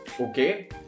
okay